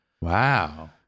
Wow